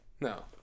no